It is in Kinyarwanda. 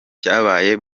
cyabaye